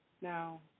Now